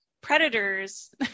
predators